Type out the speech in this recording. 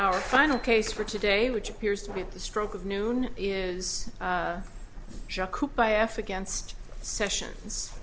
our final case for today which appears to be at the stroke of noon is against sessions